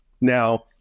Now-